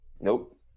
Nope